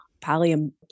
Pallium